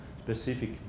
specific